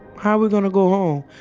how are we going to go home?